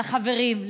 לחברים,